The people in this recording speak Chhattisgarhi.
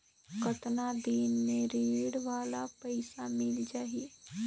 कतना दिन मे ऋण वाला पइसा मिल जाहि?